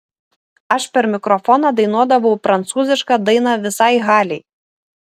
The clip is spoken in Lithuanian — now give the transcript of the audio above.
aš per mikrofoną dainuodavau prancūzišką dainą visai halei